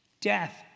Death